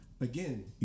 again